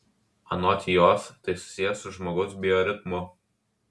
anot jos tai susiję su žmogaus bioritmu